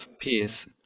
peace